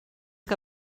que